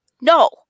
no